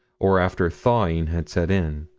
or after thawing had set in.